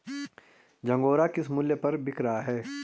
झंगोरा किस मूल्य पर बिक रहा है?